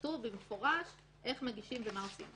שיפרטו במפורש איך מגישים, מה עושים.